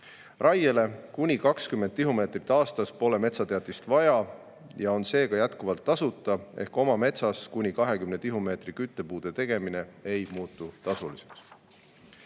Raiele kuni 20 tihumeetrit aastas pole metsateatist vaja, seega on see jätkuvalt tasuta – oma metsas kuni 20 tihumeetri küttepuude tegemine ei muutu tasuliseks.